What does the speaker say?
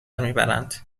میبرند